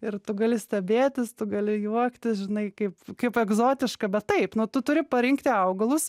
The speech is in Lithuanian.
ir tu gali stebėtis tu gali juoktis žinai kaip kaip egzotiška bet taip nu tu turi parinkti augalus